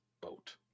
Boat